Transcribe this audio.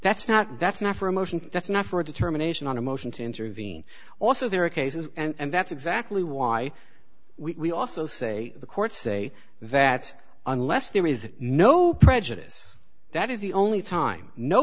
that's not that's not for a motion that's not for a determination on a motion to intervene also there are cases and that's exactly why we also say the courts say that unless there is no prejudice that is the only time no